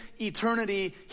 eternity